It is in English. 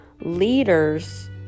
leaders